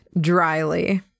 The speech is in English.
dryly